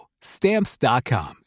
Stamps.com